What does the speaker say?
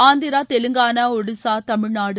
Andhra Telangana Odisha Tamil Nadu